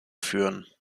führen